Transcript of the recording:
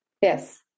Yes